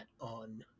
on